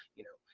you know,